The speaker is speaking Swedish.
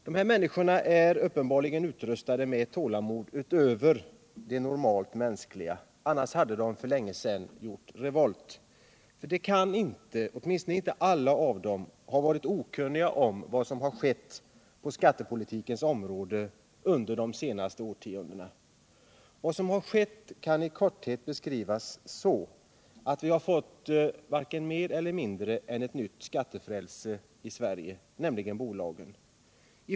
Dessa människor är uppenbarligen utrustade med ett tålamod utöver det normalt mänskliga. Annars hade de gjort revolt för länge sedan. För de kan inte — åtminstone inte alla — ha varit okunniga om det som skett på skattepolitikens område under de senaste årtiondena. Vad som skett kan i korthet beskrivas så att vi har fått varken mer eller mindre än ett nytt skattefrälse i Sverige, nämligen bolagen.